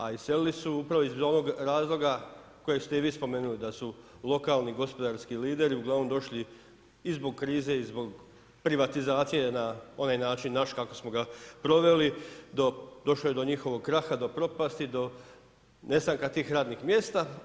A iselili su upravo iz ovog razloga kojeg ste i vi spomenuli da su lokalni, gospodarski lideri uglavnom došli i zbog krize, i zbog privatizacije na onaj način naš kako smo ga proveli, došlo je do njihovog kraha, do propasti, do nestanka tih radnih mjesta.